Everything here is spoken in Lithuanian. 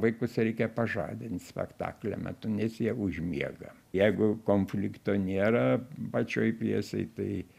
vaikus reikia pažadint spektaklio metu nes jie užmiega jeigu konflikto nėra pačioj pjesėj tai